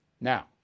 now